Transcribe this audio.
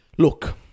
Look